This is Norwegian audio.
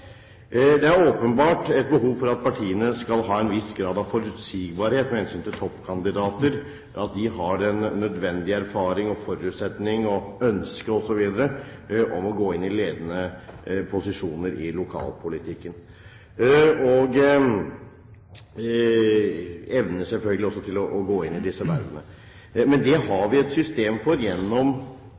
Det er åpenbart et behov for at partiene skal ha en viss grad av forutsigbarhet med hensyn til toppkandidater, at de har den nødvendige erfaring, forutsetning, ønske osv. om å gå inn i ledende posisjoner i lokalpolitikken, og selvfølgelig også evner til å gå inn i disse vervene. Men det har vi et system for gjennom